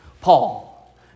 Paul